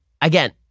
again